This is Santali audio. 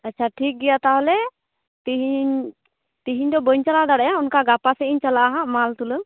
ᱟᱪᱪᱷᱟ ᱴᱷᱤᱠ ᱜᱮᱭᱟ ᱛᱟᱦᱚᱞᱮ ᱛᱤᱦᱤᱧ ᱛᱤᱦᱤᱧ ᱫᱚ ᱵᱟᱹᱧ ᱪᱟᱞᱟᱣ ᱫᱟᱲᱮᱭᱟᱜᱼᱟ ᱚᱱᱠᱟ ᱜᱟᱯᱟ ᱥᱮᱫ ᱤᱧ ᱪᱟᱞᱟᱜᱼᱟ ᱦᱟᱸᱜ ᱢᱟᱞ ᱛᱩᱞᱟᱹᱣ